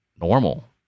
normal